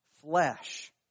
flesh